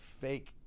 fake